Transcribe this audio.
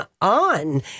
on